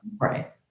Right